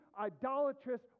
idolatrous